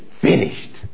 finished